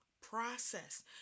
process